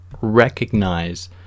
recognize